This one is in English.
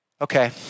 okay